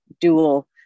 dual